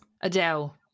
Adele